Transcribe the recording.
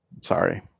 sorry